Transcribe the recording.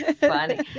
funny